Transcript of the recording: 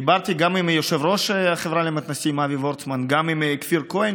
דיברתי גם עם יו"ר החברה למתנ"סים אבי וורצמן וגם עם כפיר כהן,